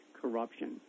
corruption